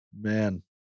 Man